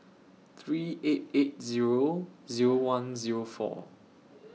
three eight eight Zero Zero one Zero four